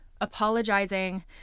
apologizing